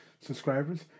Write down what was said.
subscribers